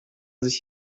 sich